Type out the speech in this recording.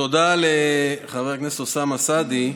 תודה לחבר הכנסת אוסאמה סעדי.